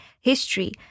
history